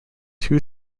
two